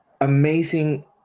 amazing